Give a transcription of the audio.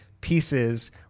pieces